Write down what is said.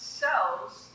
cells